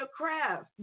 craft